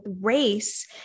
race